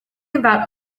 about